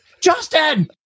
Justin